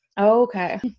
Okay